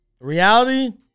reality